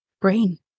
brain